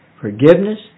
forgiveness